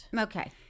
Okay